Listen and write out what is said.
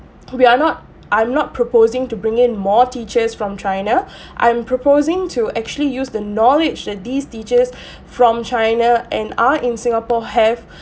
we are not I'm not proposing to bring in more teachers from china I'm proposing to actually use the knowledge that these teachers from china and are in singapore have